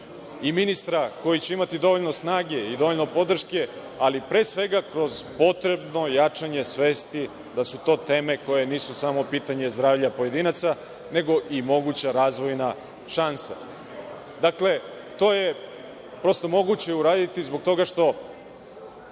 i ministra koji će imati dovoljno snage i dovoljno podrške, ali pre svega kroz potrebno jačanje svesti da su to teme koje nisu samo pitanje zdravlja pojedinaca, nego i moguća razvojna šansa. Dakle, to je prosto moguće uraditi zbog toga što